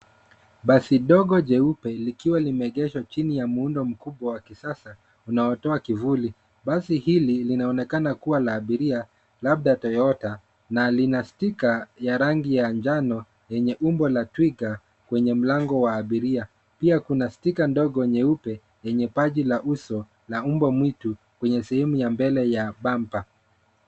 Basi dogo jeupe, likiwa limeegeshwa chini ya muundo mkubwa wa kisasa unaotoa kivuli. Basi hili linaonekana kuwa la abiria labda Toyota, na lina cs[sticker]cs ya rangi ya njano yenye umbo la twiga kwenye mlango wa abiria. Pia kuna cs[sticker]cs ndogo nyeupe yenye paji la uso la mbwa mwitu kwenye sehemu ya mbele ya cs[bumber]cs.